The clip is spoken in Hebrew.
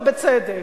ובצדק.